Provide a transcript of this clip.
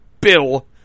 Bill